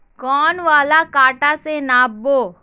कौन वाला कटा से नाप बो?